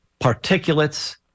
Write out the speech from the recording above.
Particulates